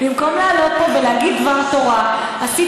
במקום לעלות לפה ולהגיד דבר תורה עשית